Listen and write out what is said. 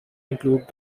include